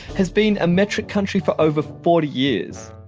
has been a metric country for over forty years.